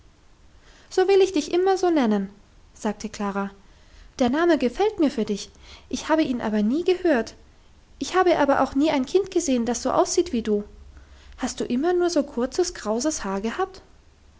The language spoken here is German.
so will ich dich immer so nennen sagte klara der name gefällt mir für dich ich habe ihn aber nie gehört ich habe aber auch nie ein kind gesehen das so aussieht wie du hast du immer nur so kurzes krauses haar gehabt